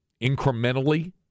incrementally